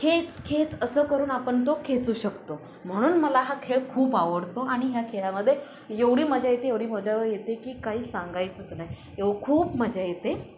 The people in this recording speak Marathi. खेच खेच असं करून आपण तो खेचू शकतो म्हणून मला हा खेळ खूप आवडतो आणि ह्या खेळामध्ये एवढी मजा येते एवढी मजा येते की काही सांगायचंच नाही एव खूप मजा येते